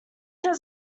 had